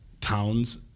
towns